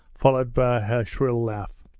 followed by her shrill laugh.